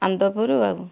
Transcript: ଆନ୍ଦପୁର ଆଉ